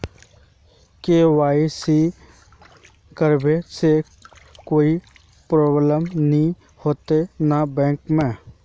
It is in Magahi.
के.वाई.सी करबे से कोई प्रॉब्लम नय होते न बैंक में?